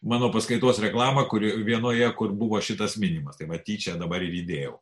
mano paskaitos reklamą kuri vienoje kur buvo šitas minimas tai va tyčia dabar įdėjau